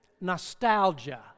nostalgia